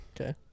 Okay